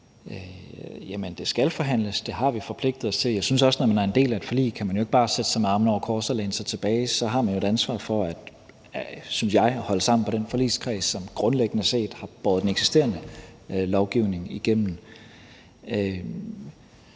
det skal forhandles. Det har vi forpligtet os til. Jeg synes også, at når man er en del af et forlig, kan man ikke bare sætte sig med armene over kors og læne sig tilbage. Så har man jo et ansvar for – synes jeg – at holde sammen på den forligskreds, som grundlæggende set har båret den eksisterende lovgivning igennem.